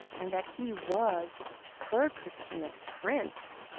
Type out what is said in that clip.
and that he was her christina's prince,